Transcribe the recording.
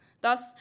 Thus